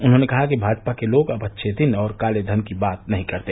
उन्होंने कहा कि भाजपा के लोग अब अच्छे दिन और काले धन की बात नही करते